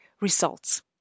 results